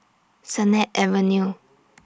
Sennett Avenue